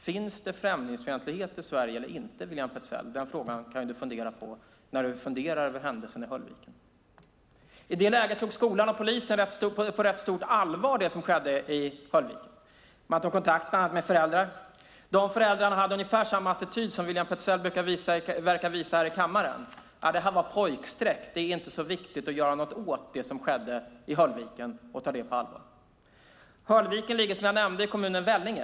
Finns det främlingsfientlighet i Sverige eller inte, William Petzäll? Den frågan kan du fundera på när du tänker över händelsen i Höllviken. I det läget tog skolan och polisen det som skedde i Höllviken på rätt stort allvar. Man tog bland annat kontakt med föräldrar. De föräldrarna hade ungefär samma attityd som William Petzäll verkar visa här i kammaren. Det här var pojkstreck. Det var inte så viktigt att göra något åt det som skedde i Höllviken och ta det på allvar. Höllviken ligger som jag nämnde i kommunen Vellinge.